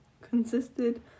consisted